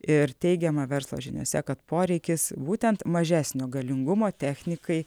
ir teigiama verslo žiniose kad poreikis būtent mažesnio galingumo technikai